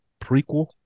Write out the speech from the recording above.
prequel